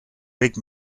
wig